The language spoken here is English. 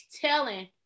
telling